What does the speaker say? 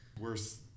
Worse